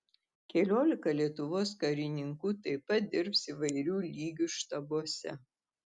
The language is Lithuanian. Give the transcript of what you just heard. keliolika lietuvos karininkų taip pat dirbs įvairių lygių štabuose